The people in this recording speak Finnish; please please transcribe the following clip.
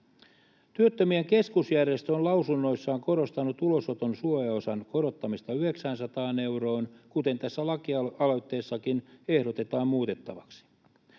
Työttömien Keskusjärjestö on lausunnoissaan korostanut ulosoton suojaosan korottamista 900 euroon, kuten tässä lakialoitteessakin ehdotetaan muutettavaksi.